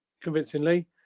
convincingly